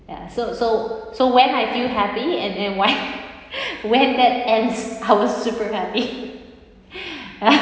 ya so so so when I feel happy and and why when that ends I was super happy